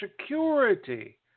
security